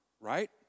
right